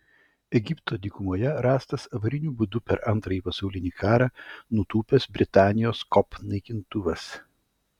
egipto dykumoje rastas avariniu būdu per antrąjį pasaulinį karą nutūpęs britanijos kop naikintuvas